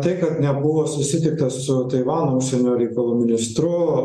tai kad nebuvo susitikta su taivano užsienio reikalų ministru